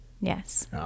yes